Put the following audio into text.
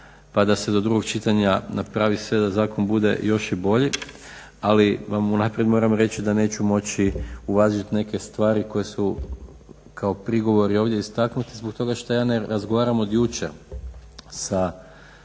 pa da se do drugog čitanja napravi sve da zakon bude još i bolji. Ali vam unaprijed moram reći da neću moći uvažiti neke stvari koje su kao prigovori ovdje istaknuti zbog toga što ja ne razgovaram od jučer sa,